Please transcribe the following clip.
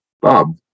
Bob